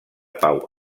pau